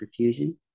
perfusion